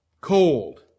Cold